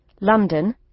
London